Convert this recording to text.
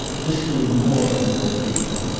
this grew more and more frequent,